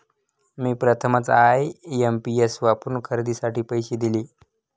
मी प्रथमच आय.एम.पी.एस वापरून खरेदीसाठी पैसे दिले